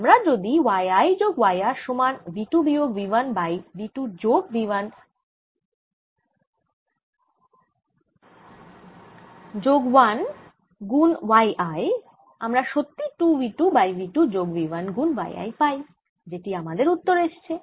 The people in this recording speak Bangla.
আমরা যদি নিই y I যোগ y r সমান v 2 বিয়োগ v 1 বাই v 2 যোগ v 1 যোগ 1 গুনy I আমরা সত্যই 2 v 2 বাই v 2 যোগ v1 গুন y I পাই যেটি আমাদের উত্তর এসছে